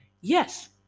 yes